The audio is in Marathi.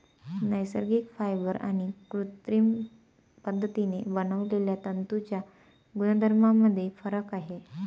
नैसर्गिक फायबर आणि कृत्रिम पद्धतीने बनवलेल्या तंतूंच्या गुणधर्मांमध्ये फरक आहे